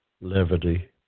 levity